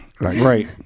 right